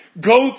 go